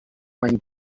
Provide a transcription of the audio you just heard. when